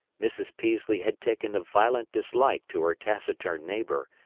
mrs. peaslee had taken a violent dislike to her taciturn neighbor,